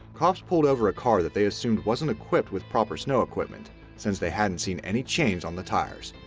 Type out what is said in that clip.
cops pulled over a car that they assumed wasn't equipped with proper snow equipment since they hadn't seen any chains on the tires.